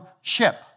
ship